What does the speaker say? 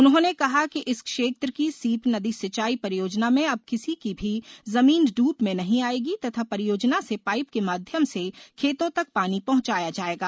उन्होंने कहा है कि इस क्षेत्र की सीप नदी सिंचाई परियोजना में अब किसी की भी जमीन डूब में नहीं आएगी तथा परियोजना से पाइप के माध्यम से खेतों तक पानी पहुंचाया जाएगा